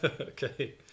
okay